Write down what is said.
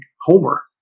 Homer